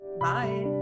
Bye